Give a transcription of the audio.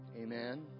amen